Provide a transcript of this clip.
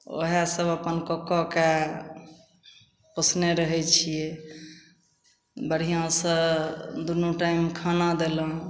वएहसब अपन कऽ कऽ के पोसने रहै छिए बढ़िआँसँ दुन्नू टाइम खाना देलहुँ